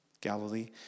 Galilee